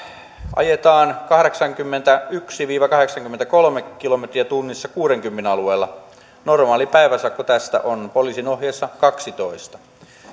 ajetaan kahdeksankymmentäyksi viiva kahdeksankymmentäkolme kilometriä tunnissa kuudenkymmenen alueella normaali päiväsakkomäärä tästä on poliisin ohjeessa kaksitoista